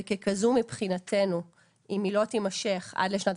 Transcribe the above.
וככזו מבחינתנו אם היא לא תימשך עד לשנת